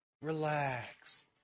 Relax